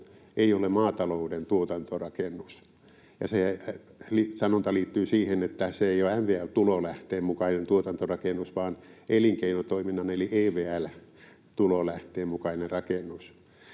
ei ole maatalouden tuotantorakennus. Ja se sanonta liittyy siihen, että se ei ole MVL-tulolähteen mukainen tuotantorakennus vaan elinkeinotoiminnan eli EVL-tulolähteen mukainen rakennus.